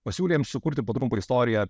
pasiūlėm jiem sukurti po trumpą istoriją